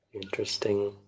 Interesting